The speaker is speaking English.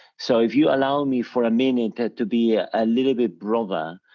so if you allow me for a minute ah to be ah little bit broader,